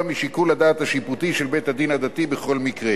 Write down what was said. משיקול הדעת השיפוטי של בית-הדין הדתי בכל מקרה,